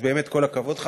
אז באמת כל הכבוד לך,